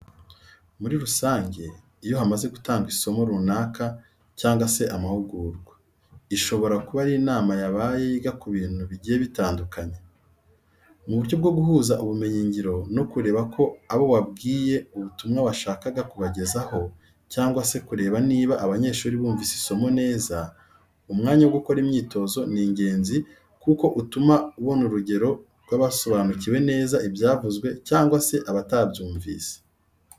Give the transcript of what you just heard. Muri rusange iyo hamaze gutangwa isomo runaka cyangwa se amahugurwa, ishobora kuba ari n'inama yabaye yiga ku bintu bigiye bitandukanye. Mu buryo bwo guhuza ubumenyingiro no kureba ko abo wabwiye ubutumbwa washakaga kubageza ho cyangwa se kureba niba abanyeshuri bumvise isomo neza umwanya wo gukora imyiotozo ni ingenzi kuko utuma ubona urugero rwabasobanukiwe neza ibyavuzwe cyangwa se abatabyumvise.